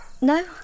No